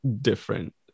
different